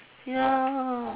ya